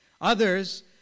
Others